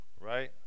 right